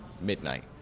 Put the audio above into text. midnight